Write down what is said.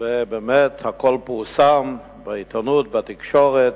ובאמת הכול פורסם בעיתונות, בתקשורת,